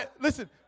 listen